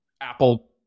Apple